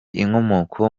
inkomoko